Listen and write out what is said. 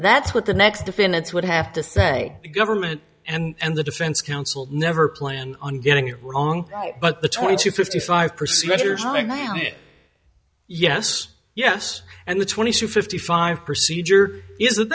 that's what the next defendants would have to say the government and the defense counsel never planned on getting it wrong but the twenty to fifty five percent are high on it yes yes and the twenty two fifty five procedure is